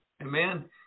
amen